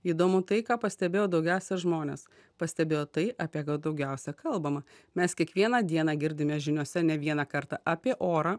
įdomu tai ką pastebėjo daugiausia žmonės pastebėjo tai apie ką daugiausiai kalbama mes kiekvieną dieną girdime žiniose ne vieną kartą apie orą